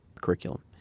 curriculum